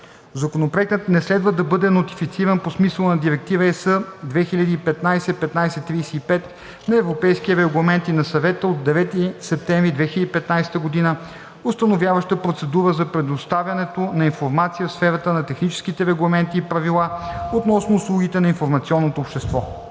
Законопроектът не следва да бъде нотифициран по смисъла на Директива (ЕС) 2015/1535 на Европейския парламент и на Съвета от 9 септември 2015 г., установяваща процедура за предоставянето на информация в сферата на техническите регламенти и правила относно услугите на информационното общество.